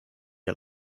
are